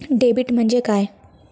Debit म्हणजे काय?